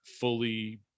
fully